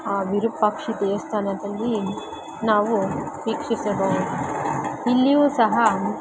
ಆ ವಿರೂಪಾಕ್ಷ ದೇವಸ್ಥಾನದಲ್ಲಿ ನಾವು ವೀಕ್ಷಿಸಬಹುದು ಇಲ್ಲಿಯೂ ಸಹ